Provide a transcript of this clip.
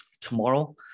Tomorrow